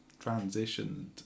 transitioned